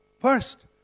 first